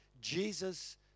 Jesus